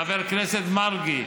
חבר הכנסת מרגי.